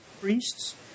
priests